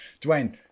Dwayne